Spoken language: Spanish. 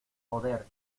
joder